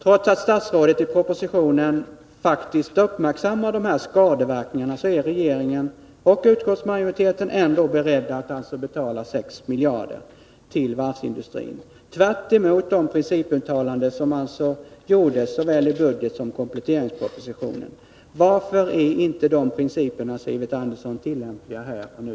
Trots att statsrådet i propositionen faktiskt uppmärksammat skadeverkningarna, är regeringen och utskottsmajoriteten beredd att betala 6 miljarder kronor till varvsindustrin, tvärtemot det principuttalande som gjordes såväl i budgetpropositionen som i kompletteringspropositionen. Varför är inte dessa principer, Sivert Andersson, tillämpliga här och nu?